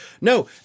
No